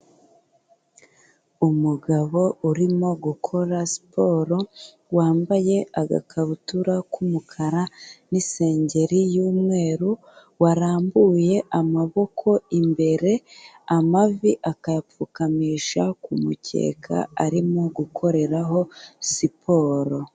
Umugabo urimo gukora siporo wambaye agakabutura k'umukara n'isengeri y'umweru, warambuye amaboko imbere, amavi akayapfukamisha ku mukeka arimo gukoreraho siporo.